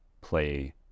play